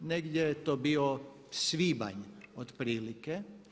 Negdje je to bio svibanj otprilike.